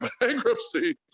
bankruptcy